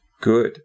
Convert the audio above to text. good